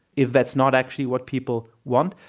if that's not actually what people want,